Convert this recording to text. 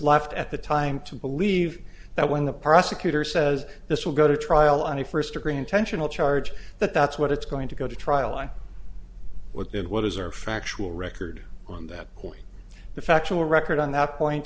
left at the time to believe that when the prosecutor says this will go to trial on a first degree intentional charge that that's what it's going to go to trial i would bid with his or factual record on that point the factual record on that point